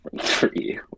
three